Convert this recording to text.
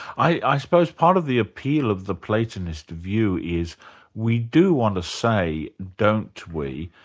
i suppose part of the appeal of the platonist view is we do want to say, don't we,